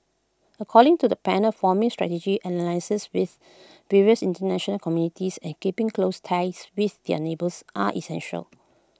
according to the panel forming strategic alliances with various International communities and keeping close ties with their neighbours are essential